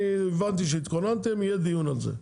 אני הבנתי שהתכוננתם, יהיה דיון על זה.